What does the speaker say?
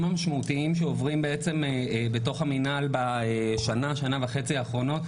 המשמעותיים שעוברים בתוך המנהל בשנה - שנה וחצי האחרונות,